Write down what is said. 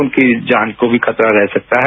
उनकी जान को भी खतरा रह सकता है